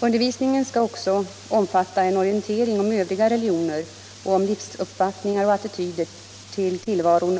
Undervisningen skall också omfatta en orientering om övriga religioner och om andra livsuppfattningar och attityder till tillvaron